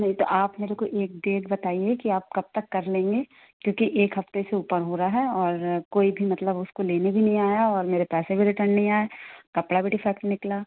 नहीं तो आप मेरे को एक डेट बताइए कि आप कब तक कर लेंगे क्योंकि एक हफ़्ते से ऊपर हो रहा है और कोई भी मतलब उसको लेने भी नहीं आया और मेरे पैसे भी रिटर्न नहीं आए कपड़ा भी डिफेक्ट निकला